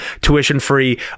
tuition-free